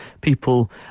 People